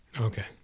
Okay